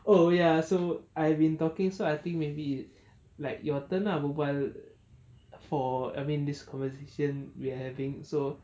oh ya so I've been talking so I think maybe like your turn ah berbual for I mean this conversation we are having so